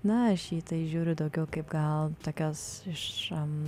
na aš į tai įžiūriu daugiau kaip gal tokios iš